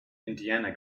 indiana